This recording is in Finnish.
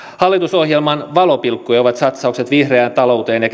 lapsiin hallitusohjelman valopilkkuja ovat satsaukset vihreään talouteen ja